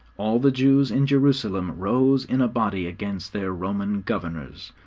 all the jews in jerusalem rose in a body against their roman governors.